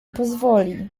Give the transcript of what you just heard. pozwoli